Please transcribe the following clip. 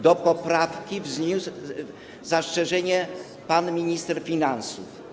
Do poprawki wniósł zastrzeżenie pan minister finansów.